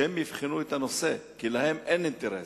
שהם יבחנו את הנושא, כי להם אין אינטרס.